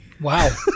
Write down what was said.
Wow